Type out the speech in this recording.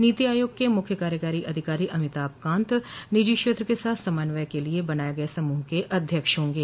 नीति आयोग के मुख्य कार्यकारी अधिकारी अमिताभ कांत निजी क्षेत्र के साथ समन्वय के लिए बनाए गए समूह के अध्यक्ष होंगे